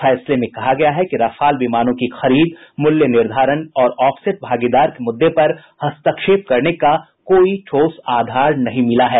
फैसले में कहा गया है कि रफाल विमानों की खरीद मूल्य निर्धारण और ऑफसैट भागीदार के मुद्दे पर हस्तक्षेप करने का कोई ठोस आधार नहीं मिला है